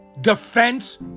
defense